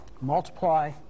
multiply